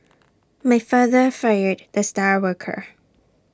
my father fired the star worker